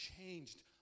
changed